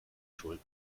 schuld